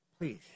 please